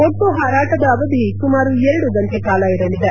ಒಟ್ಲು ಹಾರಾಟದ ಅವಧಿ ಸುಮಾರು ಎರಡು ಗಂಟೆ ಕಾಲ ಇರಲಿದೆ